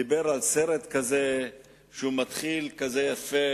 דיבר על סרט שמתחיל יפה,